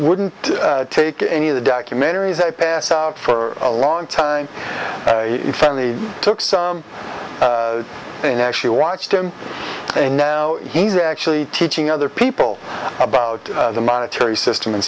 wouldn't take any of the documentaries i passed for a long time family took some and actually watched him and now he's actually teaching other people about the monetary system and